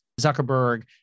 Zuckerberg